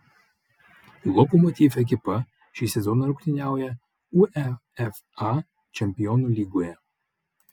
lokomotiv ekipa šį sezoną rungtyniauja uefa čempionų lygoje